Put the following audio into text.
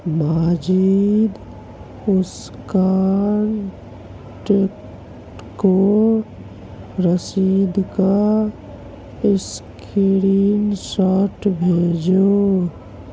ماجد اس کانٹیکٹ کو رسید کا اسکرین شاٹ بھیجو